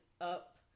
up